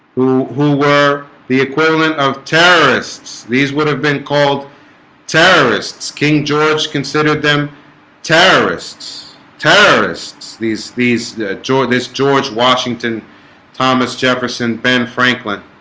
who who were the equivalent of terrorists these would have been called terrorists king george considered them terrorists terrorists these these george's george, washington thomas jefferson ben franklin